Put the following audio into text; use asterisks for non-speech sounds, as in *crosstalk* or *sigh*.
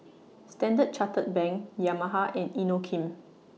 *noise* Standard Chartered Bank Yamaha and Inokim